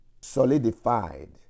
solidified